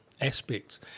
aspects